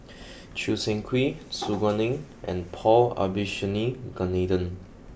Choo Seng Quee Su Guaning and Paul Abisheganaden